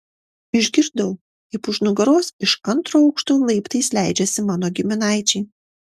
išgirdau kaip už nugaros iš antro aukšto laiptais leidžiasi mano giminaičiai